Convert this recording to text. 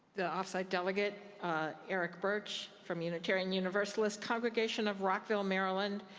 the off-site delegate er eric birch from unitarian universalist congregation of rockville, maryland.